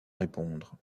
répondre